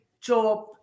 job